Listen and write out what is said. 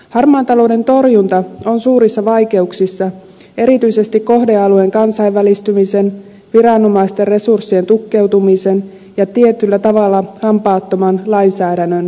harmaan talouden torjunta on suurissa vaikeuksissa erityisesti kohdealueen kansainvälistymisen viranomaisten resurssien tukkeutumisen ja tietyllä tavalla hampaattoman lainsäädännön vuoksi